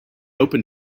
open